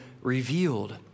Revealed